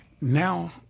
now